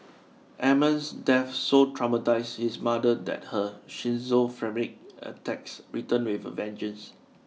Amman's death so traumatised his mother that her schizophrenic attacks returned with a vengeance